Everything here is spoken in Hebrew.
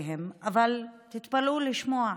אבל תתפלאו לשמוע,